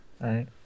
Right